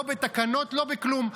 לא בתקנות, לא בכלום.